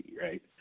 right